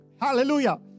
hallelujah